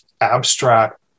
abstract